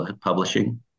publishing